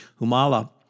Humala